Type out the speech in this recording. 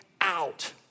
out